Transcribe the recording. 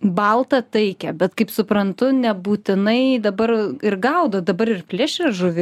baltą taikią bet kaip suprantu nebūtinai dabar ir gaudo dabar ir plėšrią žuvį